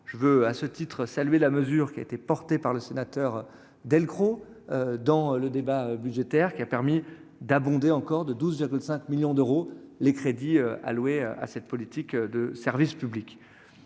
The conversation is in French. je veux à ce titre-salué la mesure qui a été portée par le sénateur Delcros dans le débat budgétaire qui a permis d'abonder encore de 12 5 millions d'euros, les crédits alloués à cette politique de service public,